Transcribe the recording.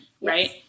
right